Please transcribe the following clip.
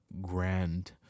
grand